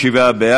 61ב,